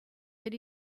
that